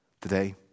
Today